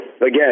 again